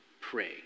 Pray